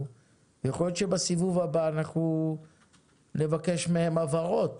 ויכול להיות שבסיבוב הבא אנחנו נבקש מהם הבהרות